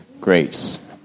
grace